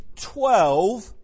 twelve